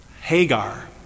Hagar